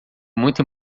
muito